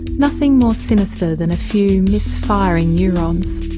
nothing more sinister than a few misfiring neurons.